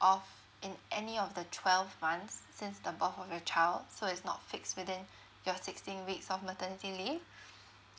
off in any of the twelve months since the birth of your child so it's not fixed within your sixteen weeks of maternity leave